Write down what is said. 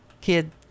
Kid